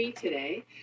today